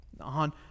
On